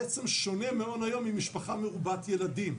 מה בעצם שונה מעון היום ממשפחה מרובת ילדים?